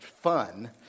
fun